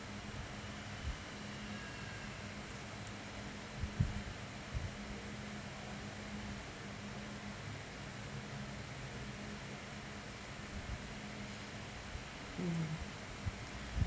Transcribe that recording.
mm